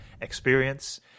experience